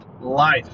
Life